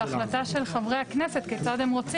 זאת החלטה של חברי הכנסת כיצד הם רוצים.